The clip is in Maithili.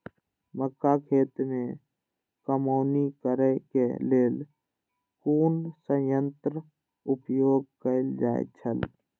मक्का खेत में कमौनी करेय केय लेल कुन संयंत्र उपयोग कैल जाए छल?